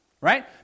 right